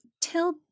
Till